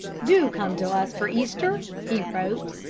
do come to us for easter, he wrote.